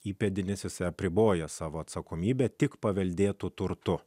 įpėdinis apriboja savo atsakomybę tik paveldėtu turtu